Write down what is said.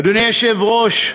אדוני היושב-ראש,